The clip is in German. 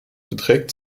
beträgt